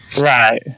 Right